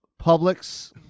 Publix